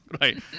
Right